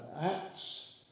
Acts